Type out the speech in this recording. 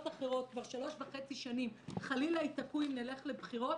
אחרות כבר שלוש וחצי שנים חלילה יתקעו אם נלך לבחירות